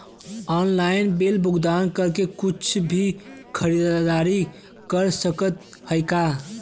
Online bill भुगतान करके कुछ भी खरीदारी कर सकत हई का?